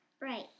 Right